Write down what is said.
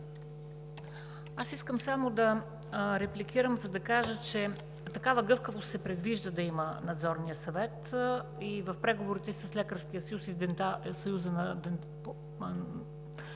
Аз искам само да репликирам, за да кажа, че такава гъвкавост се предвижда да има Надзорният съвет и в преговорите с Лекарския съюз и Съюза